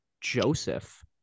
Joseph